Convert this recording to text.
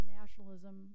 nationalism